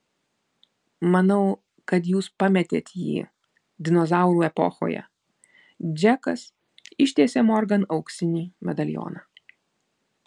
manau kad jūs pametėt jį dinozaurų epochoje džekas ištiesė morgan auksinį medalioną